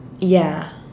ya